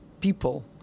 people